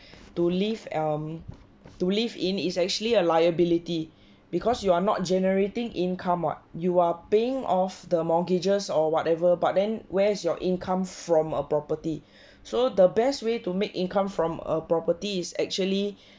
to live um to live in is actually a liability because you're not generating income what you are paying off the mortgages or whatever but then where's your income from a property so the best way to make income from a property is actually